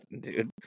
dude